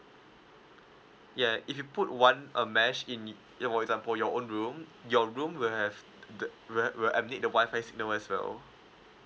yeah if you put one uh mesh in well yeah example in your own room your room will have the will emit the WI-FI signal as well